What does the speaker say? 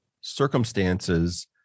circumstances